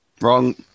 wrong